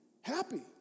happy